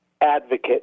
advocate